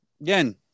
again